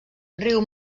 riu